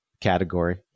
category